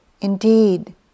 Indeed